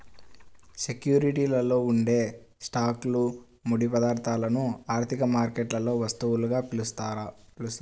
సెక్యూరిటీలలో ఉండే స్టాక్లు, ముడి పదార్థాలను ఆర్థిక మార్కెట్లలో వస్తువులుగా పిలుస్తారు